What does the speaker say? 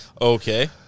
Okay